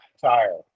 tire